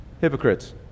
Hypocrites